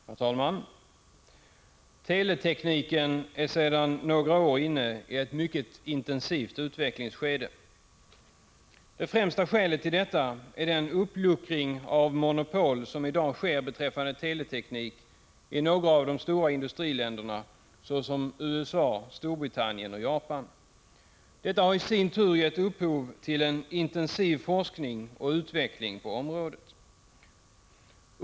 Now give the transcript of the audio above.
Herr talman! Teletekniken är sedan några år inne i ett mycket intensivt utvecklingsskede. Det främsta skälet till detta är den uppluckring av monopol som i dag sker beträffande teleteknik i några av de stora industriländerna såsom USA, Storbritannien och Japan. Detta har i sin tur gett upphov till en intensiv forskning och utveckling på området.